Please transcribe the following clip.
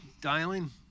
dialing